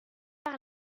par